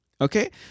okay